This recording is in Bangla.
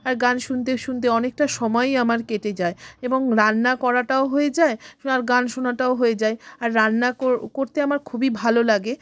আর গান শুনতে শুনতে অনেকটা সময়ই আমার কেটে যায় এবং রান্না করাটাও হয়ে যায় আর গান শোনাটাও হয়ে যায় আর রান্না কর্ করতে আমার খুবই ভালো লাগে